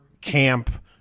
camp